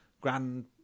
Grand